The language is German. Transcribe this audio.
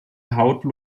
haute